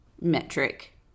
metric